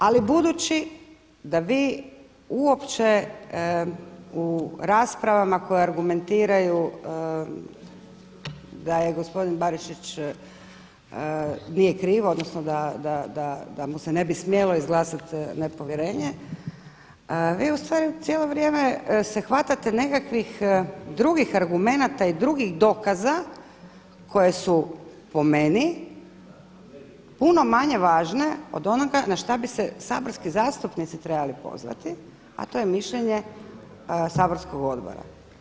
Ali budući da vi uopće u raspravama koje argumentiraju da je gospodin Barišić da nije kriv odnosno da mu se ne bi smjelo izglasati nepovjerenje, vi ustvari cijelo vrijeme se hvatate nekakvih drugih argumenata i drugih dokaza koji su po meni puno manje važne od onoga na što bi se saborski zastupnici trebali pozvati, a to je mišljenje saborskog odbora.